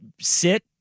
sit